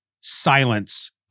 Silence